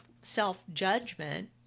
self-judgment